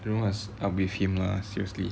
don't know what's up with him lah seriously